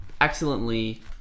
excellently